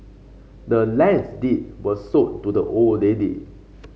the land's deed was sold to the old lady